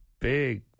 big